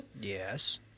Yes